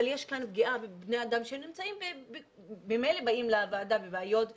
אבל יש כאן פגיעה בבני אדם שממילא באים לוועדה עם בעיות ואתגרים,